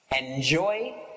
Enjoy